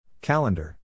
Calendar